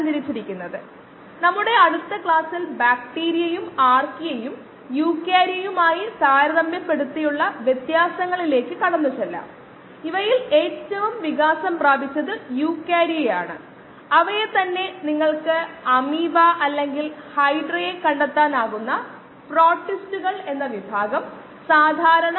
303kdxv0xv നമുക്ക് മനസിലാക്കാൻ കഴിയുന്നതുപോലെ ഇത് നാച്ചുറൽ ലോഗാണ് log to the base e അതിനെ ലോഗ് റ്റു ദി ബേസ് 10 ആക്കി പരിവർത്തനം ചെയ്യുമ്പോൾ നമുക്ക് 2